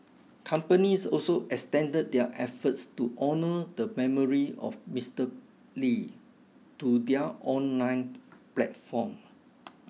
companies also extended their efforts to honour the memory of Mister Lee to their online platforms